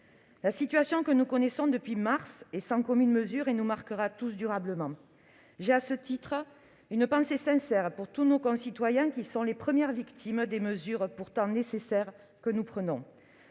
La situation que nous connaissons depuis mars est sans commune mesure et nous marquera tous durablement. J'ai, à ce titre, une pensée sincère pour tous nos concitoyens qui sont les premières victimes des mesures, pourtant nécessaires, que nous prenons.